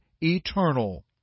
eternal